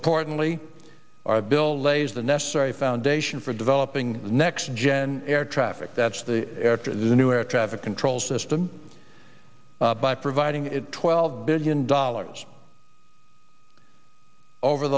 importantly our bill lays the necessary foundation for developing next gen air traffic that are the new air traffic control system by providing it twelve billion dollars over